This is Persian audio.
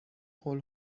هول